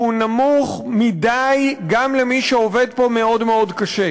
והוא נמוך מדי גם למי שעובד פה מאוד מאוד קשה.